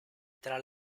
tra